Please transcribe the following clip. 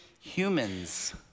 humans